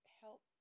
help